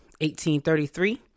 1833